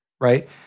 right